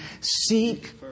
seek